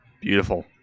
Beautiful